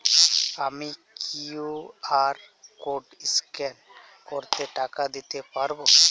আমি QR code scan করে টাকা দিতে পারবো?